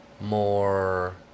more